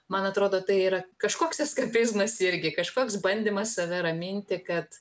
man atrodo tai yra kažkoks eskapizmas irgi kažkoks bandymas save raminti kad